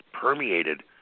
permeated